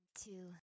two